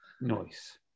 noise